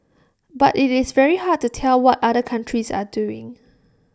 but IT is very hard to tell what other countries are doing